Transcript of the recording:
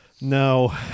No